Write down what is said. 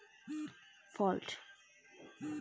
আরো কয়টা কিস্তি বাকি আছে?